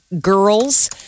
Girls